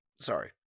Sorry